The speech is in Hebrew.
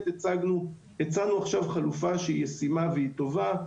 הצענו עכשיו חלופה שהיא ישימה והיא טובה.